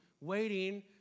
waiting